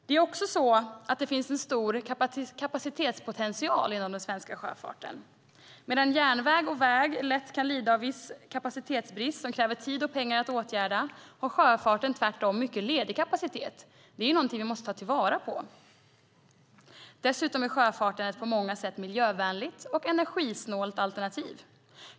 Det finns en stor kapacitetspotential inom den svenska sjöfarten. Medan järnväg och väg lider av viss kapacitetsbrist som kräver tid och pengar för att åtgärda har sjöfarten tvärtom mycket ledig kapacitet. Det är något man måste ta vara på. Dessutom är sjöfarten ett på många sätt miljövänligt och energisnålt alternativ.